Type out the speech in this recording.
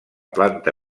planta